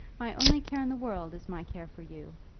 my only care in the world is my care for you!